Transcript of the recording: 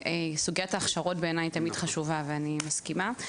סוגיית ההכשרות בעיני היא תמיד חשובה ואני מסכימה.